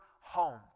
home